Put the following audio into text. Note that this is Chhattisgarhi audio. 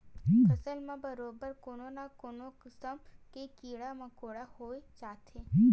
फसल म बरोबर कोनो न कोनो किसम के कीरा मकोरा होई जाथे